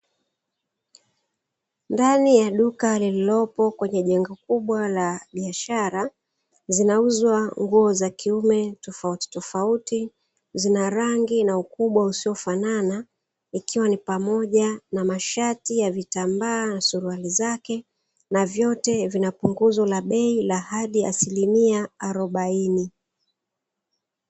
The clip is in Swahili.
Ndani ya duka lililopo kwenye jengo kubwa la biashara, zinauzwa nguo za kiume tofautitofauti zina rangi na ukubwa usiofanana, ikiwa ni pamoja na mashati ya vitambaa na suruali zake na vyote vinapunguzo la bei la hadi asilimia arobaini.